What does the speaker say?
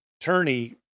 attorney